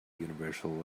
universal